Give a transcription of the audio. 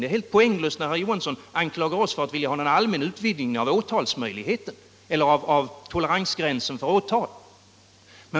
Det är helt poänglöst när herr Johansson anklagar oss för att vilja åstadkomma en allmän utvidgning av toleransgränsen för åtal.